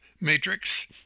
matrix